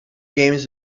games